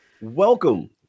Welcome